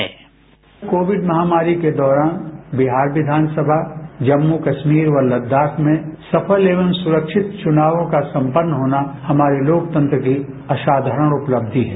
sound bite Covid महामारी के दौरान विहार विधानसभा जम्मू कश्मीर व लदाख में सफल एवं सुरक्षित चुनाव का सम्पन्न होना हमारे लोकतंत्र की असाधारण उपलब्धि है